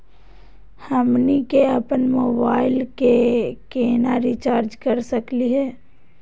हमनी के अपन मोबाइल के केना रिचार्ज कर सकली हे?